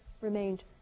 remained